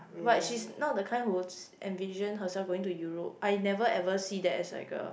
but she's not the kind who would s~ envision herself going to Europe I never ever see that as like a